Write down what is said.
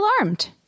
alarmed